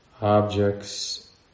objects